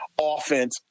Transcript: offense